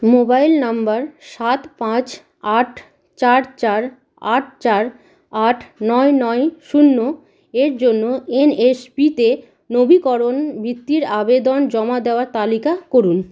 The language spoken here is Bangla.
মোবাইল নম্বার সাত পাঁচ আট চার চার আট চার আট নয় নয় শূন্য এর জন্য এন এস পি তে নবীকরণ বৃত্তির আবেদন জমা দেওয়ার তালিকা করুন